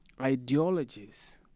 ideologies